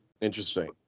interesting